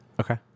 Okay